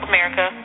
America